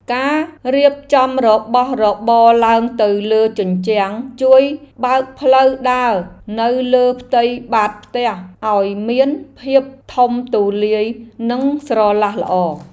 ការរៀបចំរបស់របរឡើងទៅលើជញ្ជាំងជួយបើកផ្លូវដើរនៅលើផ្ទៃបាតផ្ទះឱ្យមានភាពធំទូលាយនិងស្រឡះល្អ។